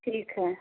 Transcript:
ठीक है